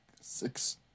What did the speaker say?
six